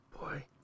boy